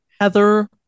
Heather